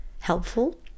helpful